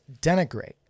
denigrate